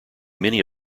many